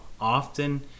Often